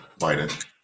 Biden